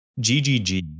GGG